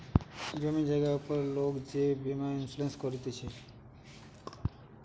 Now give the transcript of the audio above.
জমি জায়গার উপর লোক যে বীমা ইন্সুরেন্স করতিছে